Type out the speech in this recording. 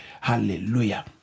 hallelujah